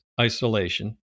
isolation